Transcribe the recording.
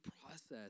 process